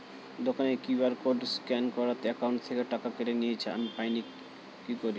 দোকানের QR code scan করাতে account থেকে টাকা কেটে নিয়েছে, আমি পাইনি কি করি?